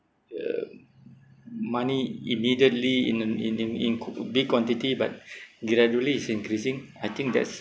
uh money immediately in um in in incl~ big quantity but gradually it's increasing I think that's